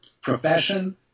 profession